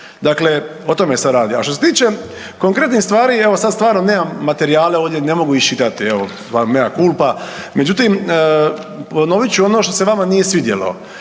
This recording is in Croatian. Dakle, o tome se radi. A što se tiče konkretnih stvari evo sad stvarno nemam materijale ovdje ne mogu iščitati, evo …/nerazumljivo/… međutim ponovit ću ono što se vama nije svidjelo,